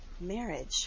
marriage